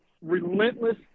relentless